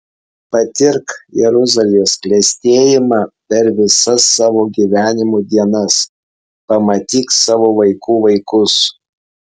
patirk jeruzalės klestėjimą per visas savo gyvenimo dienas pamatyk savo vaikų vaikus